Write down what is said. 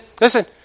listen